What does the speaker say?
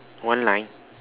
one line